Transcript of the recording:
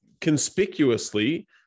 conspicuously